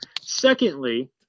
Secondly